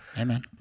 Amen